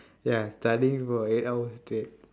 ya studying for eight hour straight